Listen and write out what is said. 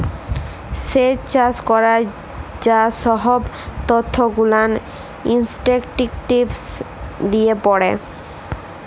স্যেচ চাষ ক্যরার যা সহব ত্যথ গুলান ইসট্যাটিসটিকস দিয়ে পড়ে